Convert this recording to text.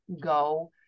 go